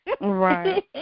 Right